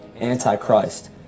Antichrist